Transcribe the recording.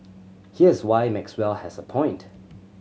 here's why Maxwell has a point